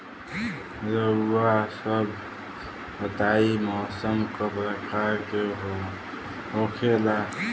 रउआ सभ बताई मौसम क प्रकार के होखेला?